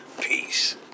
Peace